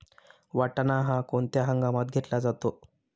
वाटाणा हा कोणत्या हंगामात घेतला जातो?